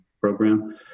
program